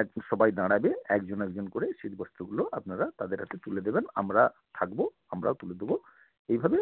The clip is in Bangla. এক সবাই দাঁড়াবে একজন একজন করে শীত বস্ত্রগুলো আপনারা তাদের হাতে তুলে দেবেন আমরা থাকব আমরাও তুলে দেবো এইভাবে